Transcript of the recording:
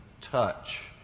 touch